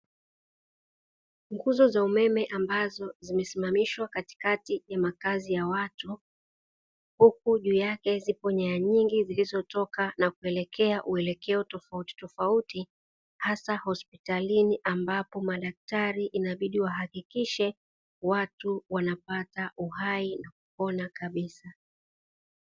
Nguzo za umeme ambazo zimesimamishwa katikati ya makazi ya watu, huku juu yake ziko nyaya nyingi zilizotoka na kuelekea uelekeo tofautitofauti, hasa hospitalini ambapo madaktari inabidi wahakikishe watu wanapata uhai na kupona kabisa.